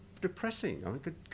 depressing